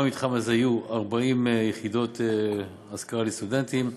גם במתחם הזה יהיו 40 יחידות השכרה לסטודנטים.